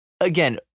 again